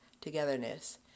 togetherness